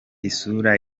isura